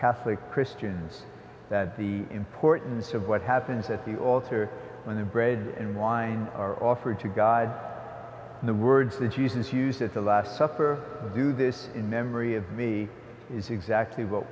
catholic christians that the importance of what happens at the altar when the bread and wine are offered to god the words that jesus used at the last supper do this in memory of me is exactly what